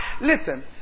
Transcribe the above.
Listen